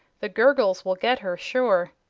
the gurgles will get her, sure!